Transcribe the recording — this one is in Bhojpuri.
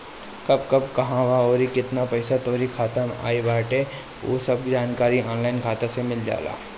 कब कब कहवा अउरी केतना पईसा तोहरी खाता में आई बाटे उ सब के जानकारी ऑनलाइन खाता से मिल जाला